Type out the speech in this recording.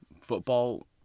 football